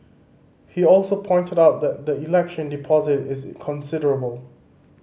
he also pointed out that the election deposit is considerable